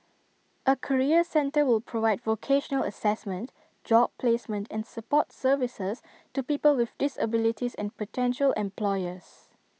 A career centre will provide vocational Assessment job placement and support services to people with disabilities and potential employers